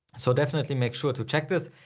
so definitely make sure to check this.